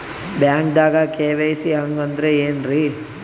ಬ್ಯಾಂಕ್ದಾಗ ಕೆ.ವೈ.ಸಿ ಹಂಗ್ ಅಂದ್ರೆ ಏನ್ರೀ?